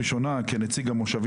אתה יכול לדייק בנתונים שאתה מוסר.